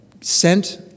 sent